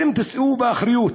אתם תישאו באחריות,